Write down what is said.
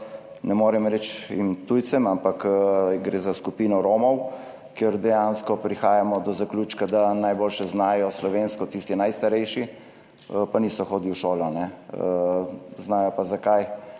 ne morem reči tujcev, ampak gre za skupino Romov, kjer dejansko prihajamo do zaključka, da najboljše znajo slovensko tisti najstarejši, pa niso hodili v šolo. Znajo pa – zakaj?